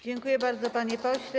Dziękuję bardzo, panie pośle.